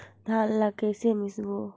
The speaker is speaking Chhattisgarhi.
धान ला कइसे मिसबो?